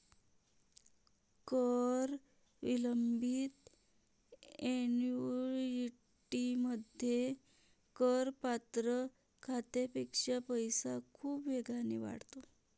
कर विलंबित ऍन्युइटीमध्ये, करपात्र खात्यापेक्षा पैसा खूप वेगाने वाढतो